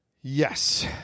Yes